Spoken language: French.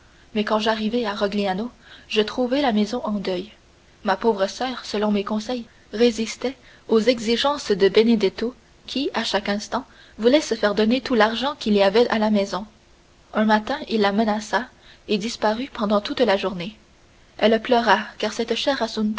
mais quand j'arrivai à rogliano je trouvai la maison en deuil il y avait eu une scène horrible et dont les voisins gardent encore le souvenir ma pauvre soeur selon mes conseils résistait aux exigences de benedetto qui à chaque instant voulait se faire donner tout l'argent qu'il y avait à la maison un matin il la menaça et disparut pendant toute la journée elle pleura car cette